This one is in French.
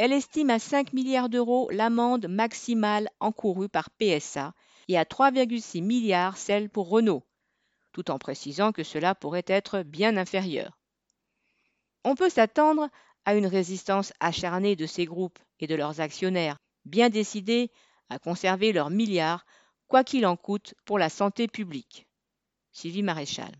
Elle estime à 5 milliards d'euros l'amende maximale encourue par PSA et à 3,6 milliards celle pour Renault, tout en précisant que cela pourrait être bien inférieur. On peut s'attendre à une résistance acharnée de ces groupes et de leurs actionnaires, bien décidés à conserver leurs milliards, quoi qu'il en coûte pour la santé publique. Sylvie Maréchal.